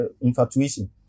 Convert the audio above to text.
infatuation